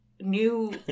new